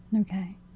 Okay